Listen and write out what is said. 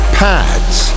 pads